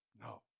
no